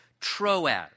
Troas